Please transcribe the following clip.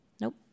Nope